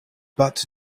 but